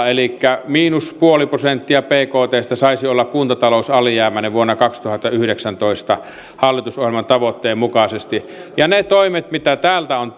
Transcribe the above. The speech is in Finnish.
elikkä miinus nolla pilkku viisi prosenttia bktstä kuntatalous saisi olla alijäämäinen vuonna kaksituhattayhdeksäntoista hallitusohjelman tavoitteen mukaisesti ne toimet mitä täältä on